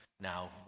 Now